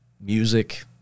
Music